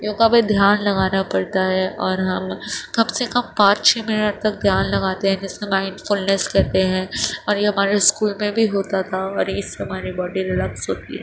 یوگا میں دھیان لگانا پڑتا ہے اور ہم کم سے کم پانچ چھ منٹ تک دھیان لگاتے ہیں جسے مائنڈ فلنیس کہتے ہیں اور یہ ہمارے اسکول میں بھی ہوتا تھا اور اِس سے ہماری باڈی ریلیكس ہوتی ہے